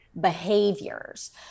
behaviors